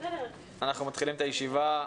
אנחנו מתחילים את הישיבה.